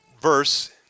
verse